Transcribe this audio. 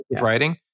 writing